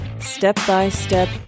Step-by-step